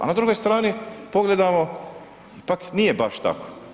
A na drugoj strani pogledamo, pak nije baš tako.